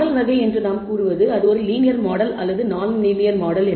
model வகை என்று நாம் கூறுவது அது ஒரு லீனியர் மாடல் அல்லது நான் லீனியர் மாடல்